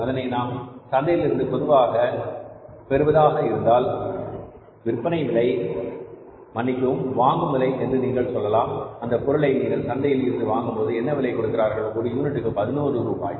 அதனை நாம் சந்தையிலிருந்து பெறுவதாக இருந்தால் விற்பனை விலை மன்னிக்கவும் வாங்கும் விலை என்று நீங்கள் சொல்லலாம் அந்தப் பொருளை நீங்கள் சந்தையில் இருந்து வாங்கும்போது என்னவிலை கொடுக்கிறீர்கள் ஒரு யூனிட்டிற்கு பதினோரு ரூபாய்